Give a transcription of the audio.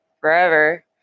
forever